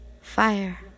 Fire